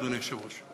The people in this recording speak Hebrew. אדוני היושב-ראש,